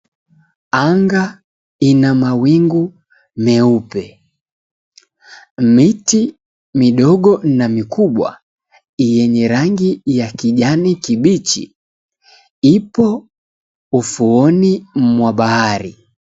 Anga ina mawingu meupe. Miti midogo na mikubwa yenye rangi ya kijani kibichi ipo ufuoni mwa bahari.